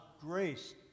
grace